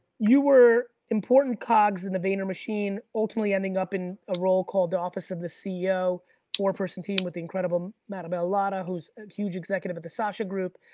you were important cogs in the vayner machine, ultimately ending up in a role called the office of the ceo four person team with incredible maribel lara who's a huge executive of the sasha group,